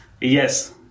Yes